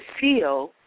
feel